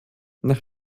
nach